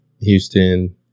Houston